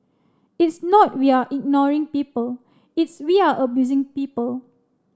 it's not we're ignoring people it's we're abusing people